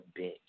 bitch